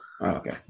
okay